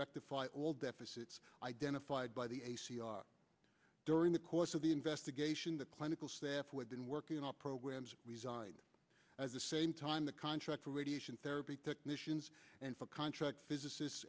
rectify all deficits identified by the a c r during the course of the investigation the clinical staff we've been working on programs designed as the same time the contract for radiation therapy technicians and for contract physicist